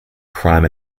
crime